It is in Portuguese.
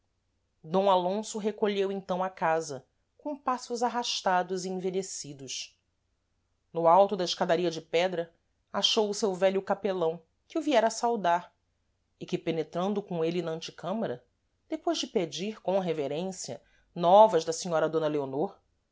d alonso recolheu então a casa com passos arrastados e envelhecidos no alto da escadaria de pedra achou o seu vélho capelão que o viera sadar e que penetrando com êle na ante câmara depois de pedir com reverência novas da senhora d leonor